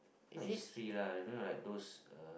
uh it's free lah I mean like those uh